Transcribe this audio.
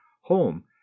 home